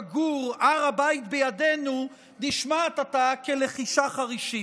גור "הר הבית בידינו" נשמעת עתה כלחישה חרישית.